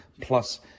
plus